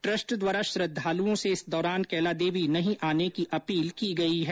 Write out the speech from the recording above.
trust द्वारा श्रद्वालुओं से इस दौरान कैलादेवी नहीं आने की अपील की गई है